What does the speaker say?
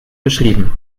beschrieben